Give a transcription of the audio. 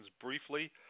briefly